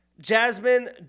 Jasmine